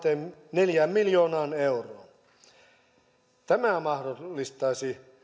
neljään miljoonaan euroon tämä mahdollistaisi